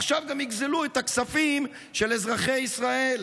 עכשיו גם יגזלו את הכספים של אזרחי ישראל,